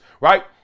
right